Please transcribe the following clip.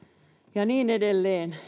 ja niin edelleen